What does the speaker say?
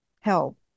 help